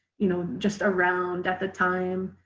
you know, just around at the time